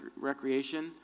recreation